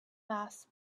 mass